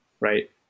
right